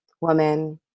woman